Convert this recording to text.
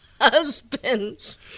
husband's